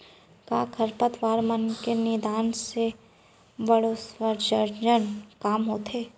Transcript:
का खरपतवार मन के निंदाई से वाष्पोत्सर्जन कम होथे?